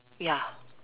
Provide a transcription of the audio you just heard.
ya